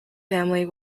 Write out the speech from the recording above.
family